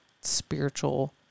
spiritual